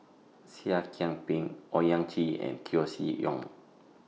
Seah I Kian Peng Owyang Chi and Koeh Sia Yong